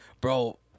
Bro